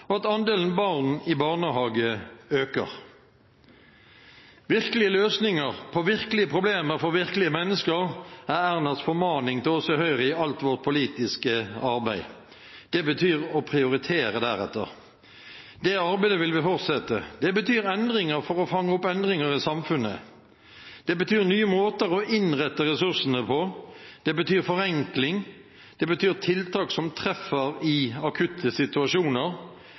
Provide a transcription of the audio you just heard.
og at andelen barn i barnehage øker. «Virkelige løsninger på virkelige problemer for virkelige mennesker» er Ernas formaning til oss i Høyre i alt vårt politiske arbeid. Det betyr å prioritere deretter. Det arbeidet vil vi fortsette. Det betyr endringer for å fange opp endringer i samfunnet. Det betyr nye måter å innrette ressursene på, det betyr forenkling, det betyr tiltak som treffer i akutte situasjoner.